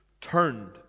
turned